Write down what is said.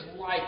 life